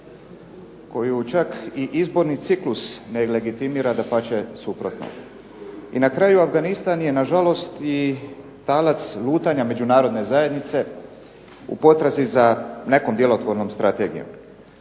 koju čak i izborni ciklus ne legitimira dapače suprotno. I na kraju Afganistan je nažalost i talac lutanja međunarodne zajednice u potrazi za nekom djelotvornom strategijom.